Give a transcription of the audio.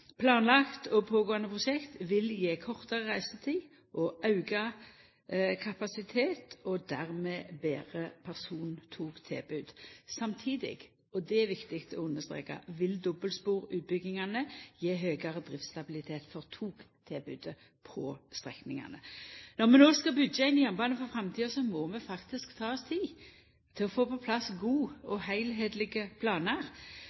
og pågåande prosjekt vil gje kortare reisetid, auka kapasitet og dermed betre persontogtilbod. Samtidig – og det er viktig å understreka – vil dobbeltsporutbyggingane gje høgare driftsstabilitet for togtilbodet på strekningane. Når vi no skal byggja ein jernbane for framtida, må vi faktisk ta oss tid til å få på plass gode og heilskaplege planar.